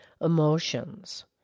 emotions